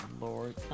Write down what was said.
Lord